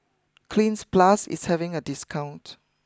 Cleanz Plus is having a discount